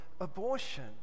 abortion